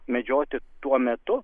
medžioti tuo metu